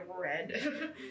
red